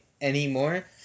anymore